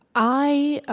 i